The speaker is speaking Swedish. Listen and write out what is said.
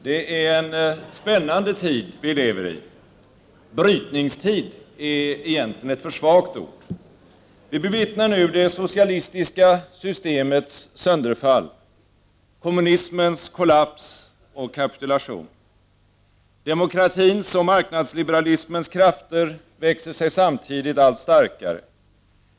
Det är en spännande tid vi lever i. Brytningstid är egentligen ett för svagt ord. Vi bevittnar nu det socialistiska systemets sönderfall, kommunismens kollaps och kapitulation. Demokratins och marknadsliberalismens krafter växer sig samtidigt allt starkare.